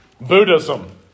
Buddhism